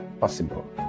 possible